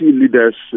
leaders